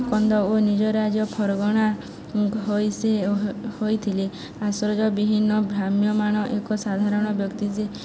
ସ୍କନ୍ଦ ଓ ନିଜ ରାଜ ଫର୍ଗଣା ହୋଇ ସେ ହୋଇଥିଲେ ଆଶ୍ରୟ ବିହୀନ ଭ୍ରାମ୍ୟମାନ ଏକ ସାଧାରଣ ବ୍ୟକ୍ତି ଯେ